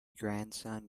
grandson